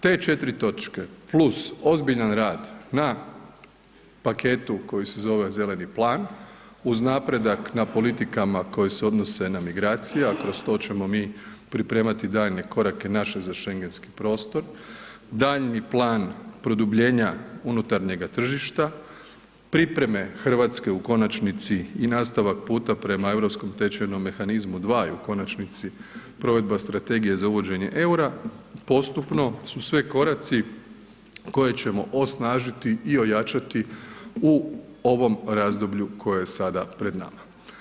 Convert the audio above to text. Te četiri točke plus ozbiljan rad na paketu koji se zove Zeleni plan, uz napredak na politikama koje se odnose na migracije, a kroz to ćemo mi pripremati daljnje korake naše za schengenski prostor, daljnji plan produbljenja unutarnjega tržišta, priprema Hrvatske u konačnici i nastavak puta prema europskom tečajnom mehanizmu dva i u konačnici provedba Strategije za uvođenje eura, postupno su sve koraci koje ćemo osnažiti i ojačati u ovom razdoblju koje je sada pred nama.